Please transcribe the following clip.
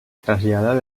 traslladat